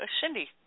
Cindy